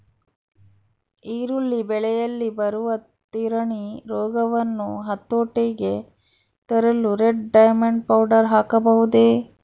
ಈರುಳ್ಳಿ ಬೆಳೆಯಲ್ಲಿ ಬರುವ ತಿರಣಿ ರೋಗವನ್ನು ಹತೋಟಿಗೆ ತರಲು ರೆಡ್ ಡೈಮಂಡ್ ಪೌಡರ್ ಹಾಕಬಹುದೇ?